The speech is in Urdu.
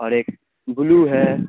اور ایک بلیو ہے